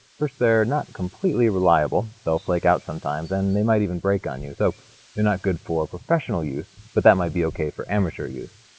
first, they're not completely reliable, they'll flake out sometimes and they might even break on you. so they're not good for professional use but that might be okay for amateur use.